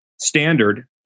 standard